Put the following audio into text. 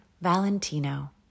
Valentino